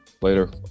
Later